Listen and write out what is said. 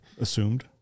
assumed